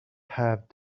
have